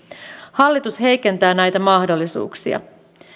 hallitus heikentää näitä mahdollisuuksia